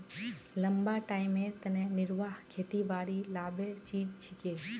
लंबा टाइमेर तने निर्वाह खेतीबाड़ी लाभेर चीज छिके